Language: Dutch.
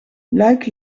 luik